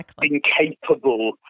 incapable